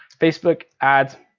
facebook ads,